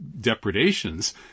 depredations